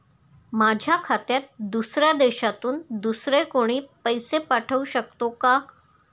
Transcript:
माझ्या खात्यात दुसऱ्या देशातून दुसरे कोणी पैसे पाठवू शकतो का?